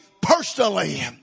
Personally